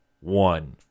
one